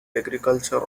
agriculture